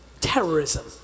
Terrorism